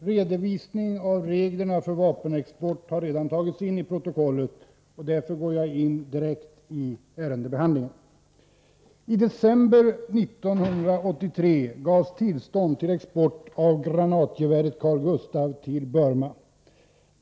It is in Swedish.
En redovisning av reglerna för vapenexport har redan tagits in i protokollet. Därför går jag direkt in på ärendebehandlingen. I december 1983 gavs tillstånd till export av granatgeväret Carl Gustaf till Burma.